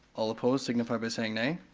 all opposed, signify by saying nay.